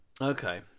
okay